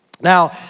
Now